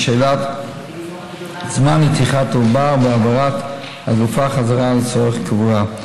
ושאלת זמן נתיחת העובר והעברת הגופה חזרה לצורך קבורה.